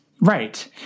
right